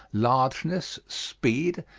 largeness, speed,